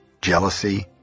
jealousy